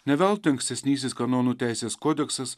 ne veltui ankstesnysis kanonų teisės kodeksas